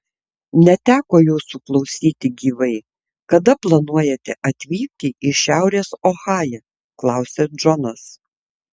neteko jūsų klausyti gyvai kada planuojate atvykti į šiaurės ohają klausia džonas